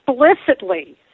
explicitly